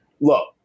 look